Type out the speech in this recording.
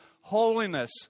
holiness